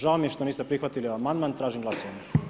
Žao mi je što niste prihvatili amandman, tražim glasovanje.